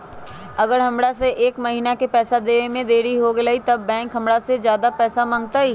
अगर हमरा से एक महीना के पैसा देवे में देरी होगलइ तब बैंक हमरा से ज्यादा पैसा मंगतइ?